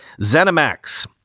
ZeniMax